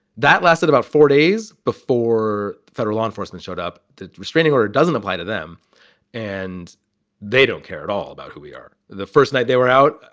that lasted about four days before federal law enforcement showed up. the restraining order doesn't apply to them and they don't care at all about who we are. the first night they were out,